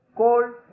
cold